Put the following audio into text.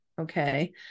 okay